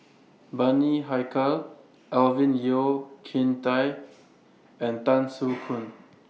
Bani Haykal Alvin Yeo Khirn Hai and Tan Soo Khoon